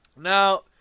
Now